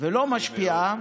ולא משפיעה,